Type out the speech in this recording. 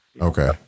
okay